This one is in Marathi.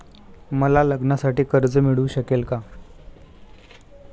मला लग्नासाठी कर्ज मिळू शकेल का?